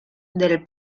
del